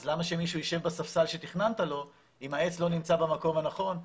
אז למה שמישהו יישב בספסל שתכננת לו אם העץ לא נמצא במקום הנכון?